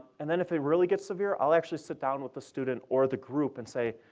and then, if it really gets severe, i'll actually sit down with the student or the group and say,